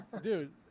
Dude